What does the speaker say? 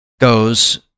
goes